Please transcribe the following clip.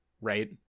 Right